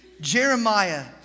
Jeremiah